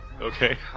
Okay